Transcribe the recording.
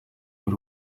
y’u